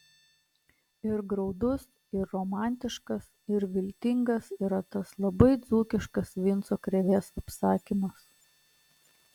ir graudus ir romantiškas ir viltingas yra tas labai dzūkiškas vinco krėvės apsakymas